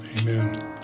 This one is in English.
Amen